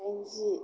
दाइनजि